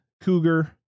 Cougar